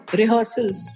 rehearsals